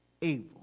evil